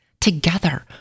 Together